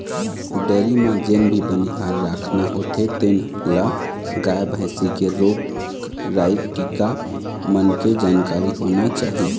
dairy म जेन भी बनिहार राखना होथे तेन ल गाय, भइसी के रोग राई, टीका मन के जानकारी होना चाही